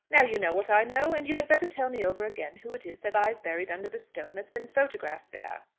now you know what i know and you had better tell me over again who it is that lies buried under the stone that's been photographed there.